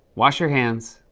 wash your hands,